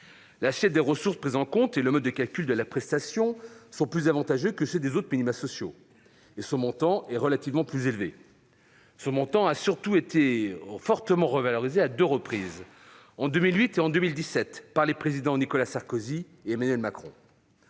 l'assiette des ressources prises en compte et le mode de calcul de la prestation sont plus avantageux que ceux des autres minima sociaux et son montant est relativement plus élevé. Ce montant a d'ailleurs été fortement revalorisé à deux reprises, en 2008 et en 2017, par les présidents Nicolas Sarkozy et Emmanuel Macron.